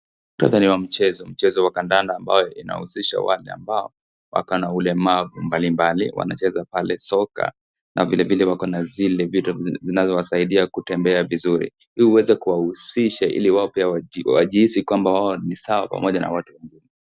Muktadha ni wa mchezo, mchezo wa kandanda ambao unahusisha wale ambao wakona ulemavu mbalimbali wanacheza pale soka na vilevle wakona zile vitu zinazowasaidia kutembea vizuri , ili uaweze kuhusisha ili wao pia wajihisi kwamba ni sawa pamoja na watu wengine .